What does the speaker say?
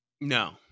no